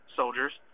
soldiers